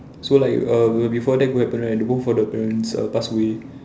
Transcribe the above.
so like err before that to happen right the both of the parents err passed away